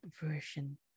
version